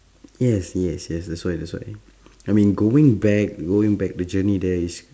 yes yes yes that's why that's why I mean going back going back the journey there is